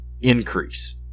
increase